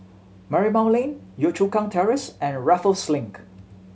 Marymount Lane Yio Chu Kang Terrace and Raffles Link